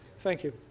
thank you.